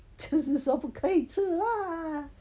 就是说不可以吃 lah